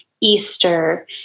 Easter